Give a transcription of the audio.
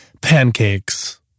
Pancakes